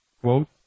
quote